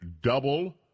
double